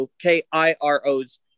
K-I-R-O's